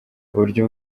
uburyo